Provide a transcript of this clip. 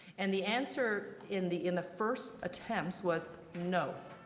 and the answer in the in the first attempts was no.